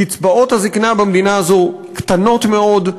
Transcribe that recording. קצבאות הזיקנה במדינה הזאת קטנות מאוד,